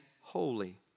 holy